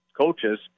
coaches